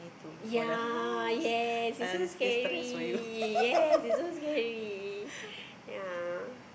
ya yes it's so scary yes it's so scary ya